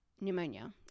pneumonia